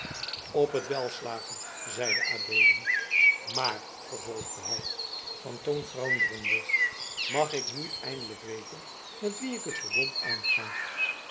op het wèlslagen zeide adeelen maar vervolgde hij van toon veranderende mag ik nu eindelijk weten met wien ik het verbond aanga